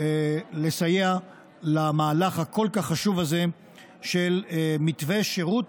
לסייע למהלך הכל-כך חשוב הזה של מתווה שירות,